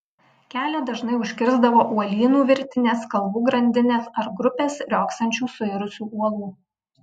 kelią dažnai užkirsdavo uolynų virtinės kalvų grandinės ar grupės riogsančių suirusių uolų